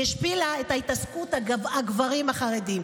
היא השפילה את התעסקות הגברים החרדים,